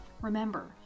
Remember